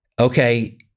okay